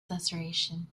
susurration